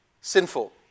sinful